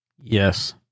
yes